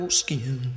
skin